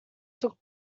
took